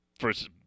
versus